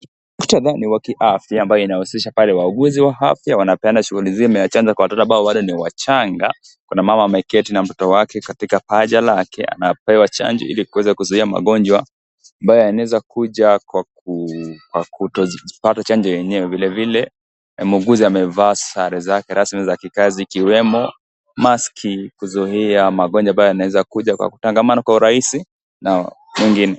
Muktadha ni wa kiafya ambaye inahusisha pale wauguzi wa afya wanapeana pale shughuli zima ya chanjo kwa watoto ambao bado ni wachanga, kuna mama ameketi na mtoto wake katika paja lake, akiwa anapewa chanjo ili kuweza kuzuia magonjwa ambayo yanaweza kuja kwa kutopata chanjo yenyewe , vilevile muuguzi amevaa sare zake rasmi za kazi ikiwemo maski, kuzuia magonjwa ambayo yanaweza kuja kwa kutangamana kwa urahisi na mwingine.